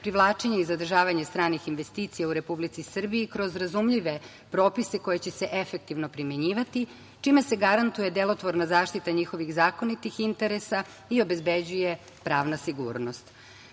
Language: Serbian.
privlačenje i zadržavanje stranih investicija u Republici Srbiji kroz razumljive propise koji će se efektivno primenjivati, čime se garantuje delotvorna zaštita njihovih zakonitih interesa i obezbeđuje pravna sigurnost. Takođe,